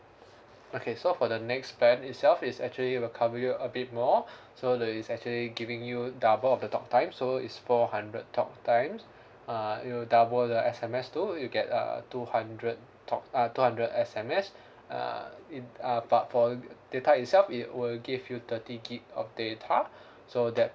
okay so for the next plan itself is actually will cover you a bit more so there is actually giving you double of the talk time so is four hundred talk time uh it will double the S_M_S too you get uh two hundred talk uh two hundred S_M_S uh in uh but for data itself it will give you thirty gig of data so that